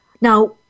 Now